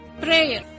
Prayer